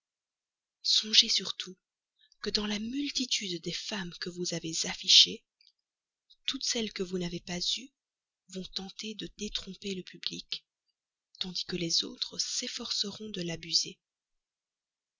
songez surtout que dans la multitude des femmes que vous avez affichées toutes celles que vous n'avez pas eues vont tenter de détromper le public tandis que les autres s'efforceront de l'abuser